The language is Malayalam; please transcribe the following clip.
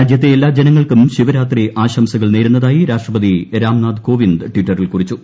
രാജ്യത്തെ എല്ലാ ജനങ്ങൾക്കും ശിവരാത്രി ആശംസകൾ ്നേരുന്നതായി രാഷ്ട്രപതി രാംനാഥ് കോവിന്ദ് ടിറ്ററിൽ കുറിച്ചു